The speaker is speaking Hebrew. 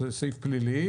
זה סעיף פלילי.